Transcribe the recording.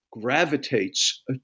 gravitates